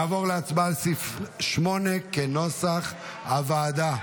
נעבור להצבעה על סעיף 8 כנוסח הוועדה.